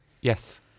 Yes